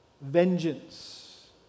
vengeance